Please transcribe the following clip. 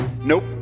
Nope